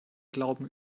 glauben